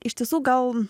iš tiesų gal